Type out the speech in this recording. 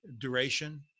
duration